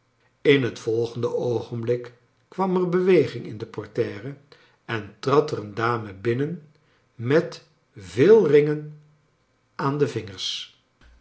in het volgende oogenblik kwam er beweging in de portiere en trad er een dame binnen met veel ringen aan de vingers